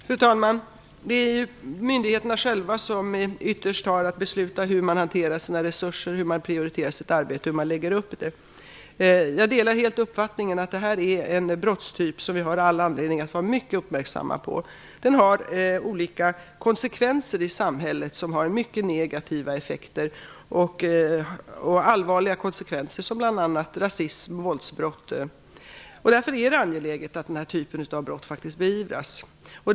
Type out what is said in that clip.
Fru talman! Det är ju ytterst myndigheterna själva som har att besluta hur de skall hantera sina resurser, hur de prioriterar i sitt arbete och hur de lägger upp det. Jag delar helt uppfattningen att detta är en brottstyp som vi har all anledning att vara mycket uppmärksamma på. Den har mycket negativa effekter och allvarliga konsekvenser, som bl.a. rasism och våldsbrott, i vårt samhälle. Därför är det angeläget att den här typen av brott beivras.